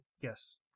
yes